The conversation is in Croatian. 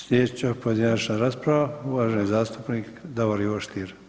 Sljedeća pojedinačna rasprava, uvaženi zastupnik Davor Ivo Stier.